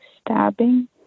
stabbing